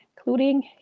including